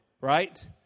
Right